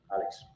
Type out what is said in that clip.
alex